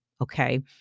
okay